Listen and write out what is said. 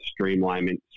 streamlining